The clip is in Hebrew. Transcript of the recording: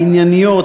הענייניות,